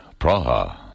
Praha